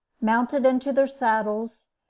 mounted into their saddles,